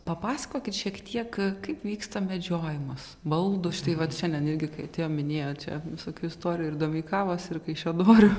papasakokit šiek tiek kaip vyksta medžiojimas baldų štai vat šiandien irgi kai atėjom minėjot čia visokių istorijų ir domeikavos ir kaišiadorių